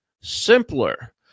simpler